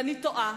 ואני תוהה